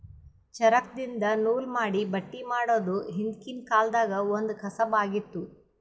ಚರಕ್ದಿನ್ದ ನೂಲ್ ಮಾಡಿ ಬಟ್ಟಿ ಮಾಡೋದ್ ಹಿಂದ್ಕಿನ ಕಾಲ್ದಗ್ ಒಂದ್ ಕಸಬ್ ಆಗಿತ್ತ್